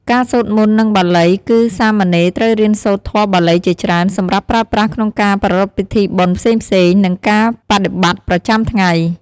ការសូត្រមន្ត និងបាលី គឺសាមណេរត្រូវរៀនសូត្រធម៌បាលីជាច្រើន សម្រាប់ប្រើប្រាស់ក្នុងការប្រារព្ធពិធីបុណ្យផ្សេងៗ និងការបដិបត្តិប្រចាំថ្ងៃ។